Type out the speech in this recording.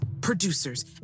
producers